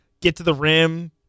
get-to-the-rim